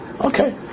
Okay